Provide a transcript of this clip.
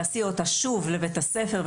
להסיע אותה שוב לבית-הספר,